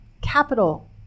capital